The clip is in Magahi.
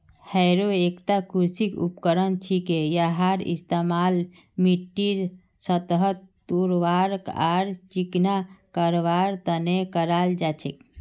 हैरो एकता कृषि उपकरण छिके यहार इस्तमाल मिट्टीर सतहक तोड़वार आर चिकना करवार तने कराल जा छेक